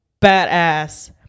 badass